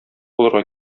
булырга